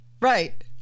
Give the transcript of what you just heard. right